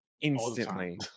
instantly